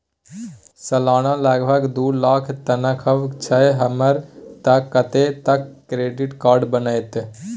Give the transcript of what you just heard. सलाना लगभग दू लाख तनख्वाह छै हमर त कत्ते तक के क्रेडिट कार्ड बनतै?